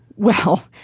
well,